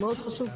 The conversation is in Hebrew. מאוד חשוב,